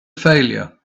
failure